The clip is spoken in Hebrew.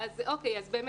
מרגישה